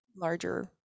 larger